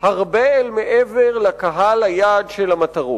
הרבה מעבר לקהל היעד של המטרות.